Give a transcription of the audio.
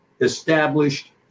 established